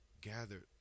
gathered